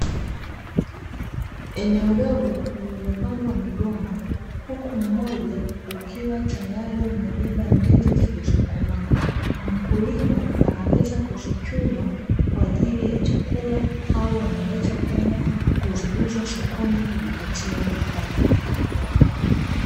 Eneo dogo lililopandwa migomba, huku mmoja ukiwa tayari umebeba ndizi zilizokomaa. Mkulima anaweza kuzichuma, kwa ajili ya chakula au anaweza kwenda kuziuza sokoni na kujipatia kipato.